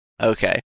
Okay